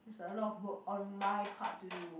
it's like a lot of work on my part to do